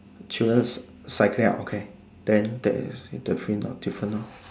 children cycling uh okay then there is different lor different lor